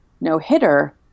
no-hitter